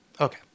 Okay